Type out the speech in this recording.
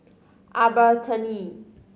Albertini